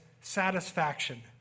satisfaction